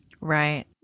Right